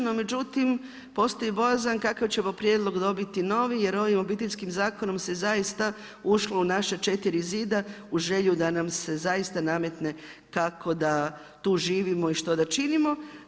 No međutim, postoji bojazan kakav ćemo prijedlog dobiti novi, jer ovim Obiteljskim zakonom se zaista ušlo u naša 4 zida uz želju da nam se zaista nametne kako da tu živimo i što da činimo.